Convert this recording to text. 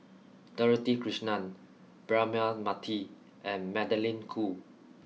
Dorothy Krishnan Braema Mathi and Magdalene Khoo